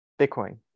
Bitcoin